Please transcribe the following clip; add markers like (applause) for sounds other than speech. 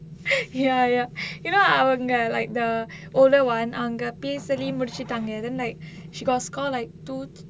(laughs) ya ya you know அவங்க:avanga like the older one அவங்க:avanga P_S_L_E முடிச்சிட்டாங்க:mudichitaanga then like she got score like two